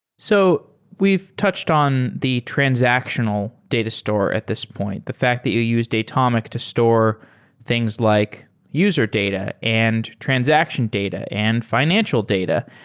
so we've touched on the transactional data store at this point, the fact that you use datomic to store things like user data and transaction data and fi nancial data.